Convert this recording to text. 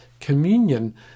Communion